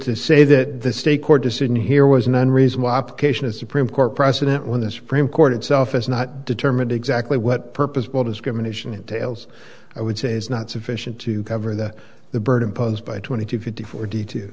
to say that the state court decision here was an unreasonable optician a supreme court precedent when the supreme court itself is not determined exactly what purpose will discrimination entails i would say is not sufficient to cover the the burden posed by twenty to fifty fo